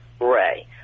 Ray